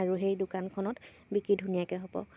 আৰু সেই দোকানখনত বিক্ৰী ধুনীয়াকৈ হ'ব